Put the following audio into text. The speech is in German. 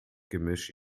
gemisch